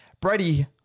Brady